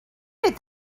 did